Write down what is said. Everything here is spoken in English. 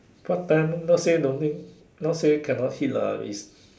what time not say don't need not say cannot hit lah is